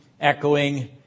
echoing